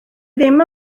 ddim